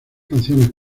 canciones